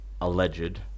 alleged